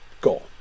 goal